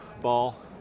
ball